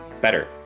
better